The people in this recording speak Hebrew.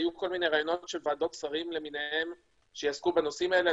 היו כל מיני רעיונות על ועדות שרים למיניהן שיעסקו בנושאים האלה.